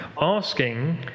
asking